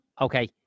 Okay